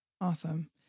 awesome